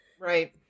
Right